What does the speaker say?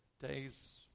days